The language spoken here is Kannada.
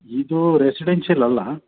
ಇದು ರೆಸಿಡೆನ್ಷಿಯಲ್ ಅಲ್ಲ